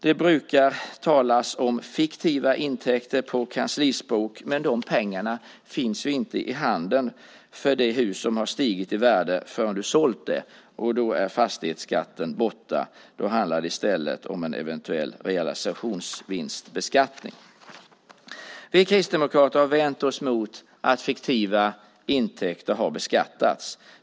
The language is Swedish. Det brukar talas om fiktiva intäkter, på kanslispråk. Men pengarna för det hus som har stigit i värde finns inte i handen förrän du har sålt det, och då är fastighetsskatten borta. Då handlar det i stället om en eventuell realisationsvinstbeskattning. Vi kristdemokrater har vänt oss mot att fiktiva intäkter har beskattats.